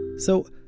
so,